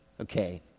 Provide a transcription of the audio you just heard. Okay